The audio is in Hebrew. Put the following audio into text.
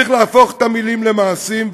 צריך להפוך את המילים למעשים,